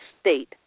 state